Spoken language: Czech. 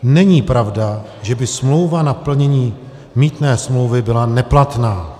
Není pravda, že by smlouva na plnění mýtné smlouvy byla neplatná.